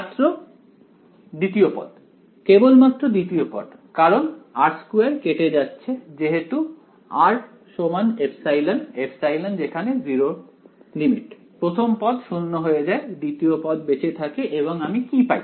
ছাত্র দ্বিতীয় পদ কেবলমাত্র দ্বিতীয় পদ কারণ r2 কেটে যাচ্ছে যেহেতু r ε ε → 0 প্রথম পদ 0 হয়ে যায় দ্বিতীয় পদ বেঁচে থাকে এবং আমি কি পাই